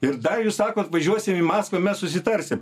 ir dar jūs sakot važiuosim į maskvą mes susitarsim